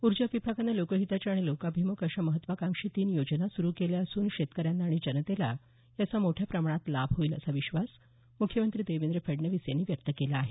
ऊर्जा विभागानं लोकहिताच्या आणि लोकाभिमुख अशा महत्त्वाकांक्षी तीन योजना सुरु केल्या असून शेतकऱ्यांना आणि जनतेला याचा मोठ्या प्रमाणात लाभ होईल असा विश्वास म्ख्यमंत्री देवेंद्र फडणवीस यांनी व्यक्त केला आहे